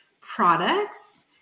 products